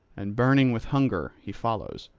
and burning with hunger he follows,